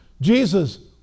Jesus